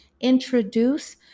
introduce